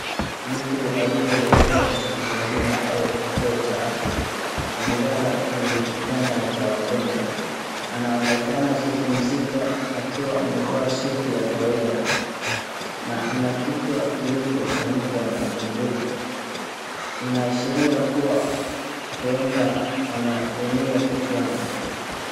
Mtu aliyeelekea hospitalini au kituo cha afya amelala kwenye kitanda cha wagonjwa, anaonekana kupumzika akiwa amevaa suti ya kawaida na ana kichwa kilichofunikwa na bandage , inaashiria kuwa huenda ameumia kichwani.